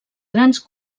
grans